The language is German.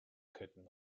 ketten